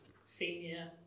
senior